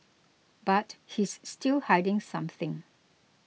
but he's still hiding something